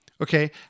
okay